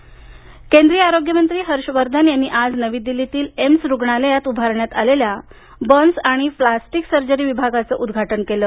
Harsh Vardhan AIIMS केंद्रीय आरोग्य मंत्री हर्ष वर्धन यांनी आज नवी दिल्लीतील एम्स रुग्णालयात उभारण्यात आलेल्या बर्न्स आणि प्लास्टिक सर्जरी विभागाचे उद्घाटन केलं